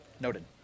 Noted